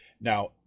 Now